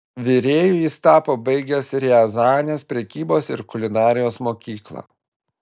virėju jis tapo baigęs riazanės prekybos ir kulinarijos mokyklą